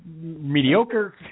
mediocre